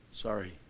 Sorry